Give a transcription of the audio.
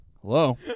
Hello